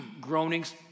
groanings